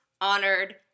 honored